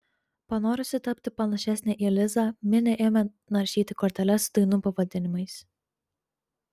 panorusi tapti panašesnė į lizą minė ėmė naršyti korteles su dainų pavadinimais